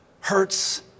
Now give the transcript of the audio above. hurts